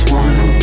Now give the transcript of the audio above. one